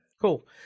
Cool